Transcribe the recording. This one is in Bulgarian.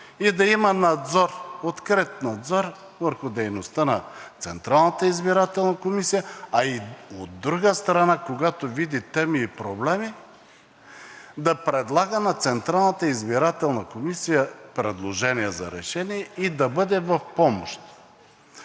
и да има надзор, открит надзор върху дейността на Централната избирателна комисия, а и от друга страна, когато види теми и проблеми, да предлага на Централната избирателна комисия предложения за решения и да бъде в помощ.